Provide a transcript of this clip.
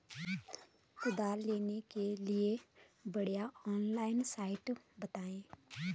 कुदाल लेने के लिए बढ़िया ऑनलाइन साइट बतायें?